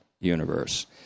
universe